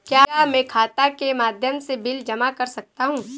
क्या मैं खाता के माध्यम से बिल जमा कर सकता हूँ?